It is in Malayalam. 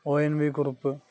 ഒ എൻ വി കുറുപ്പ്